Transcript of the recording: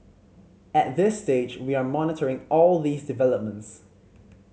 at this stage we are monitoring all these developments